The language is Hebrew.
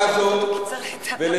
כן.